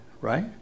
right